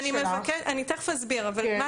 ולכן אני מבקשת אני תכף אסביר.